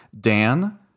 Dan